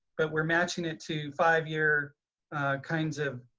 but we're matching it to five year kinds of